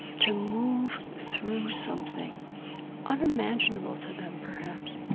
to move through something unimaginable to them, perhaps,